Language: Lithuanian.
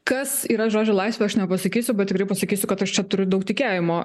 kas yra žodžio laisvė aš nepasakysiu bet tikrai pasakysiu kad aš čia turiu daug tikėjimo